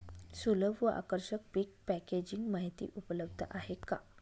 सुलभ व आकर्षक पीक पॅकेजिंग माहिती उपलब्ध आहे का?